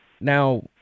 now